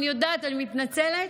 אני יודעת, אני מתנצלת.